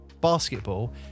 basketball